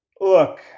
Look